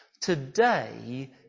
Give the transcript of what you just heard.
Today